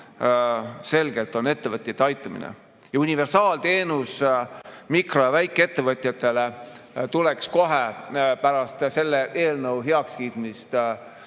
selgelt on ettevõtjate aitamine. Universaalteenus mikro‑ ja väikeettevõtjatele tuleks kohe pärast selle eelnõu heakskiitmist